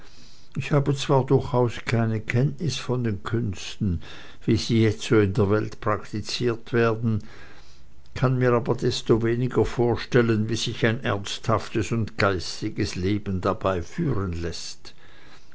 ich habe zwar durchaus keine kenntnis von den künsten wie sie jetzo in der welt praktiziert werden kann mir aber desto weniger vorstellen wie sich ein ernsthaftes und geistiges leben dabei führen läßt